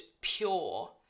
pure